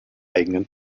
eigenen